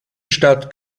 stadt